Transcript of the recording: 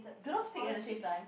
do not speak at the same time